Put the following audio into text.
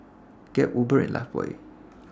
Gap Uber and Lifebuoy